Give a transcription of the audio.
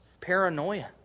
paranoia